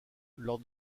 lors